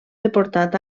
deportat